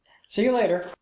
see you later!